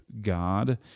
God